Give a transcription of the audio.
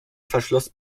verschluss